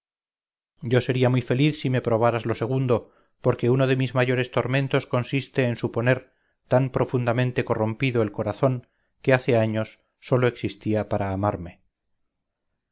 yo sería muy feliz si me probaras lo segundo porque uno de mis mayores tormentos consiste en suponer tan profundamente corrompido el corazón que hace años sólo existía para amarme